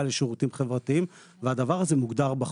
לשירותים חברתיים והדבר הזה מוגדר בחוק.